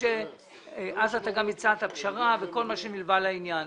אז אתה גם הצעת פשרה וכל מה שנלווה לעניין.